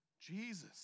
Jesus